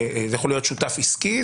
יכול להיות שותף עסקי,